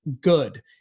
good